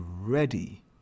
ready